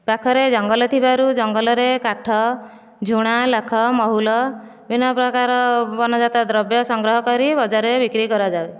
ପାଖରେ ଜଙ୍ଗଲ ଥିବାରୁ ଜଙ୍ଗଲରେ କାଠ ଝୁଣା ଲାଖ ମହୁଲ ବିଭିନ୍ନ ପ୍ରକାର ବନଜାତ ଦ୍ରବ୍ୟ ସଂଗ୍ରହ କରି ବଜାର ରେ ବିକ୍ରି କରାଯାଏ